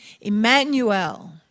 Emmanuel